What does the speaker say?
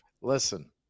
Listen